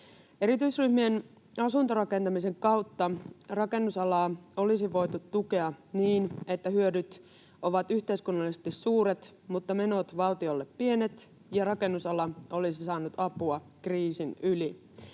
Erityisryhmien asuntorakentamisen kautta rakennusalaa olisi voitu tukea niin, että hyödyt ovat yhteiskunnallisesti suuret mutta menot valtiolle pienet, ja rakennusala olisi saanut apua kriisin yli.